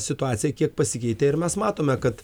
situacija kiek pasikeitė ir mes matome kad